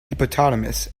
hippopotamus